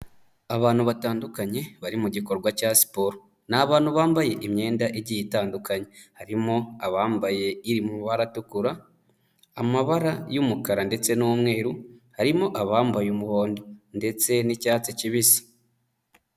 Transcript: Abantu batandukanye, bari mu gikorwa cya siporo, ni abantu bambaye imyenda igiye itandukanye, harimo abambaye iri mu bara atukura, amabara y'umukara ndetse n'umweru, harimo abambaye umuhondo ndetse n'icyatsi kibisi.